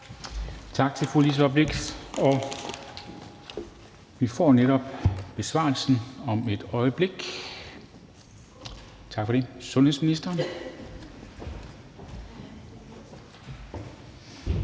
Tak til fru Liselott Blixt, og vi får netop besvarelsen om et øjeblik. Sundhedsministeren.